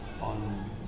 on